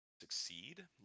succeed